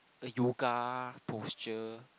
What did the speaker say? yoga posture